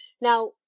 Now